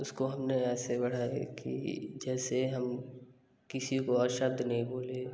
उसको हमने ऐसे बढ़ाया कि जैसे हम किसी को अपशब्द नहीं बोलें